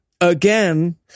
again